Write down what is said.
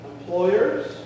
employers